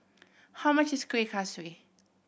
how much is Kueh Kaswi